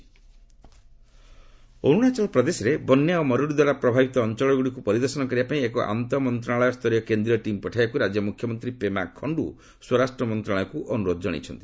Arunachal flood Arunachal ପ୍ରଦେଶରେ ବନ୍ୟା ଓ ମରୁଡ଼ିଦ୍ୱାରା ପ୍ରଭାବିତ ଅଞ୍ଚଳଗୁଡ଼ିକୁ ପରିଦର୍ଶନ କରିବାପାଇଁ ଏକ ଆନ୍ତଃମନ୍ତ୍ରଣାଳୟ ସ୍ତରୀୟ କେନ୍ଦ୍ରୀୟ ଟିମ୍ ପଠାଇବାକୁ ରାଜ୍ୟ ମୁଖ୍ୟମନ୍ତ୍ରୀ ପେମା ଖଣ୍ଡୁ ସ୍ୱରାଷ୍ଟ୍ର ମନ୍ତ୍ରଣାଳୟକୁ ଅନୁରୋଧ କରିଛନ୍ତି